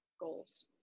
goals